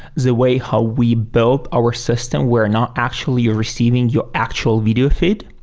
the way how we built our system, we're not actually receiving your actual video feed.